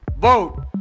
Vote